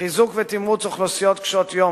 חיזוק ותמרוץ אוכלוסיות קשות יום,